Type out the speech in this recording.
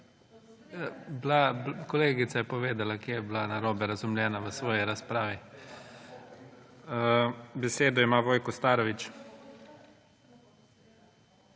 Kolegica je povedala, kje je bila narobe razumljena v svoji razpravi. Besedo ima Vojko Starović.